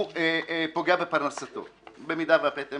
הוא פוגע בפרנסתו אם הפטם